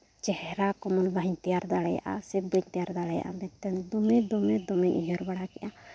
ᱪᱮᱦᱨᱟ ᱠᱚᱦᱚᱸ ᱢᱚᱡᱽ ᱵᱟᱹᱧ ᱛᱮᱭᱟᱨ ᱫᱟᱲᱮᱭᱟᱜᱼᱟ ᱥᱮ ᱵᱟᱹᱧ ᱛᱮᱭᱟᱨ ᱫᱟᱲᱮᱭᱟᱜᱼᱟ ᱢᱮᱱᱛᱮ ᱫᱚᱢᱮ ᱫᱚᱢᱮ ᱫᱚᱢᱮᱧ ᱩᱭᱦᱟᱹᱨ ᱵᱟᱲᱟ ᱠᱮᱫᱼᱟ